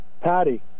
Patty